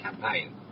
campaign